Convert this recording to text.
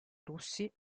russi